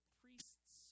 priests